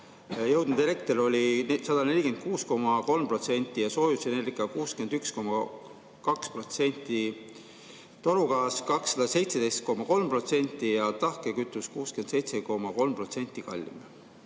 jõudnud elekter oli 146,3% ja soojusenergia 61,2%, torugaas 217,3% ja tahkekütus 67,3% kallim.